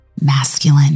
masculine